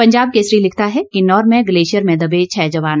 पंजाब केसरी लिखता है किन्नौर में ग्लेशियर में दबे छह जवान